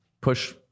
push